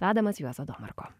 vedamas juozo domarko